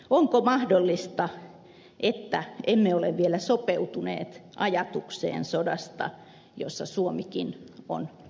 onko mahdollista että emme ole vielä sopeutuneet ajatukseen sodasta jossa suomikin on mukana